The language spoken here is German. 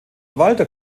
walter